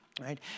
right